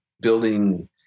building